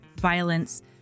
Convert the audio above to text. violence